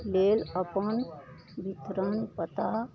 लेल अपन बितरण पता